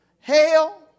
Hell